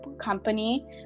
company